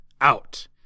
out